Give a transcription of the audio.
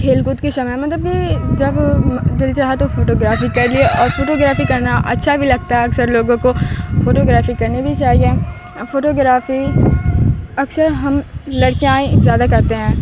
کھیل کود کے سمے مطلب کہ جب دل جا تو فوٹوگرافی کر لی اور فوٹوگرافی کرنا اچھا بھی لگتا ہے اکثر لوگوں کو فوٹوگرافی کرنی بھی چاہیے فوٹوگرافی اکثر ہم لڑکیاں ہی زیادہ کرتے ہیں